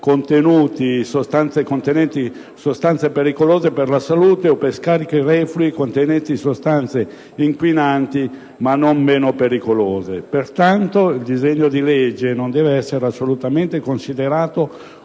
contenenti sostanze pericolose per la salute, o per scarichi reflui contenenti sostanze inquinanti ma meno pericolose. Pertanto, il disegno di legge non deve essere assolutamente considerato